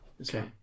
Okay